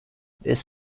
this